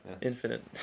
infinite